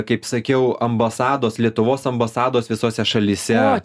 kaip sakiau ambasados lietuvos ambasados visose šalyse